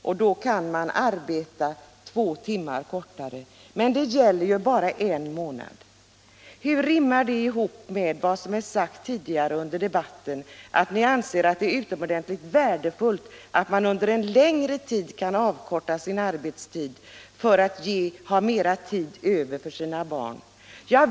och då kan man arbeta två timmar kortare. Men det gäller ju bara en månad. Hur rimmar det med vad som sagts tidigare under debatten att ni anser det utomordentligt värdefullt att man under en längre tid kan avkorta sin arbetstid för att ha mera tid över för sina barn?